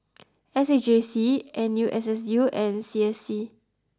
S A J C N U S S U and C S C